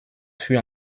fut